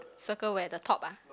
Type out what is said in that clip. circle where the top ah